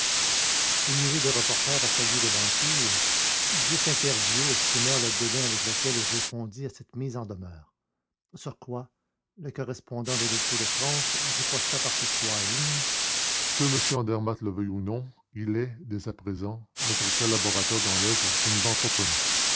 une nuée de reporters assaillit le banquier et dix interviews exprimèrent le dédain avec lequel il répondit à cette mise en demeure sur quoi le correspondant de l'écho de france riposta par ces trois lignes que m andermatt le veuille ou non il est dès à présent notre collaborateur dans l'oeuvre que nous